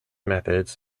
methods